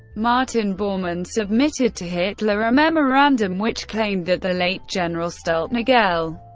martin bormann submitted to hitler a memorandum which claimed that the late general stulpnagel,